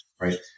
Right